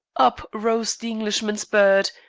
up rose the englishman's bird,